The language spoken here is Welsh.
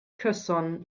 cyson